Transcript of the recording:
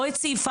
לא את סעיפיו,